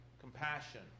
compassion